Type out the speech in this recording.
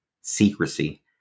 secrecy